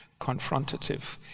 confrontative